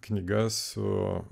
knygas su